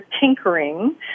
tinkering